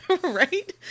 Right